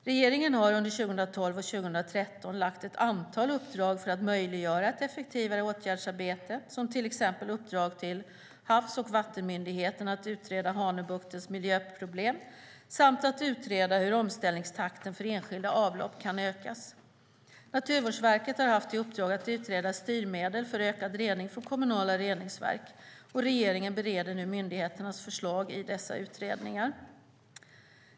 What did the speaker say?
Regeringen har under 2012 och 2013 lagt ut ett antal uppdrag för att möjliggöra ett effektivare åtgärdsarbete, till exempel uppdrag till Havs och vattenmyndigheten att utreda Hanöbuktens miljöproblem samt att utreda hur omställningstakten för enskilda avlopp kan ökas. Naturvårdsverket har haft i uppdrag att utreda styrmedel för ökad rening från kommunala reningsverk. Regeringen bereder nu myndigheternas förslag i dessa utredningar.